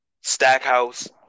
Stackhouse